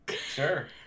Sure